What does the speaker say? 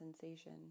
sensation